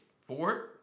Four